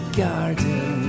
garden